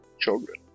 children